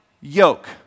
yoke